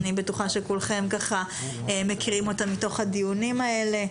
אני בטוחה שכולכם מכירים אותה מתוך הדיונים האלה.